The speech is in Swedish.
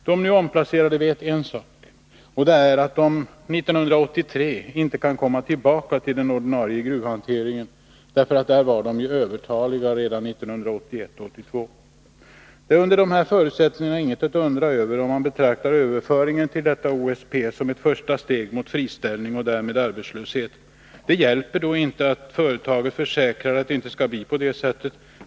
De nu omplacerade vet en sak, och det är att de 1983 inte kan komma tillbaka i den ordinarie gruvhanteringen, därför att där var de övertaliga redan 1981/82. Det är under dessa förutsättningar inget att undra över att man betraktar överföringen till detta OSP som ett första steg mot friställning och därmed arbetslöshet. Det hjälper då inte att företaget försäkrar att det inte skall bli på det sättet.